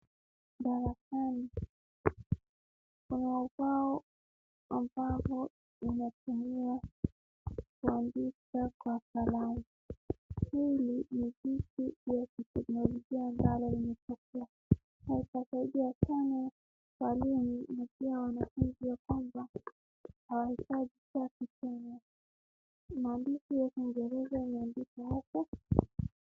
Darasani kuna umbao ambalo hutumiwa kuandika kwa kalalu. Hili ni vitu ya kusoma angani. Itasaidia sana kwa walimu na pia wanafunzi ya kwamba hawahitaji chati tena. Maandishi ya Kiingereza imeandikwa hapo.